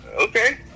okay